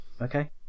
Okay